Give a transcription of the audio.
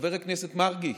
חבר הכנסת מרגי,